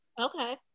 Okay